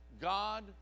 god